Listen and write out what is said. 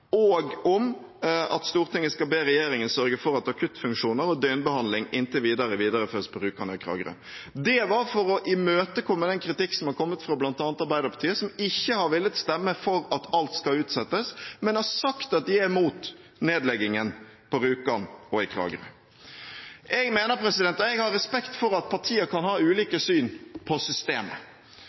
og om at Stortinget skal be regjeringen sørge for at akuttfunksjoner og døgnbehandling inntil videre videreføres på Rjukan og i Kragerø. Det var for å imøtekomme den kritikk som er kommet fra bl.a. Arbeiderpartiet, som ikke har villet stemme for at alt skal utsettes, men har sagt at de er imot nedleggingen på Rjukan og i Kragerø. Jeg har respekt for at partier kan ha ulike syn på systemet.